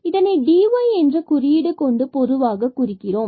இதனை dy என்ற குறியீடு கொண்டு பொதுவாக குறிக்கிறோம்